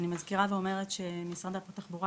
אני מזכירה ואומרת שמשרד התחבורה,